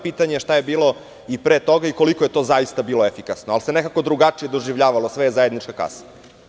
Pitanje je šta je bilo i pre toga i koliko je to zaista bilo efikasno, ali se nekako drugačije doživljavalo, sve je zajednička kasa.